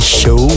show